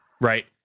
right